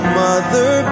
mother